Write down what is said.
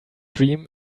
dream